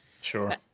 Sure